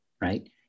right